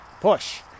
Push